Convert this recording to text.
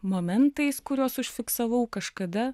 momentais kuriuos užfiksavau kažkada